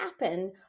happen